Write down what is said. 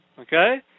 okay